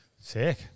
Sick